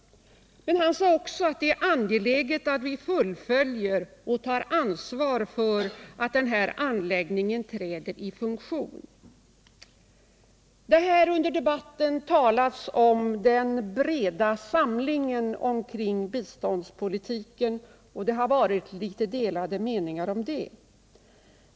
Men han sade också att det är angeläget att vi fullföljer och tar ansvar för att den här anläggningen träder i funktion. Det har under debatten talats om den breda samlingen kring biståndspolitiken, men det har varit litet delade meningar på den punkten.